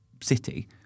city